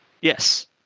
Yes